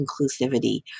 inclusivity